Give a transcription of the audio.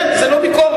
כן, זו לא ביקורת.